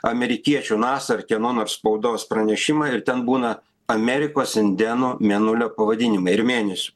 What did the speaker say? amerikiečių nasa ar kieno nors spaudos pranešimą ir ten būna amerikos indėnų mėnulio pavadinimai ir mėnesių